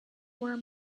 were